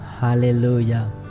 Hallelujah